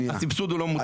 הסבסוד הוא לא מובנה,